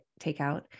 takeout